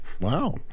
Wow